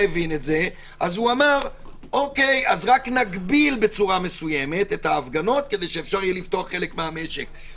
אנשים אנחנו עדיין לא מאפשרים לפתוח מקומות